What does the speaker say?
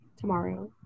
tomorrow